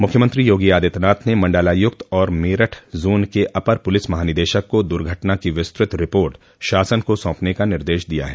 मुख्यमंत्री योगी आदित्यनाथ ने मंडलायुक्त और मेरठ जोन के अपर पुलिस महानिदेशक को दुर्घटना की विस्तृत रिपोर्ट शासन को सौंपने का निर्देश दिया है